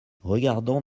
regardant